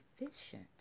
efficient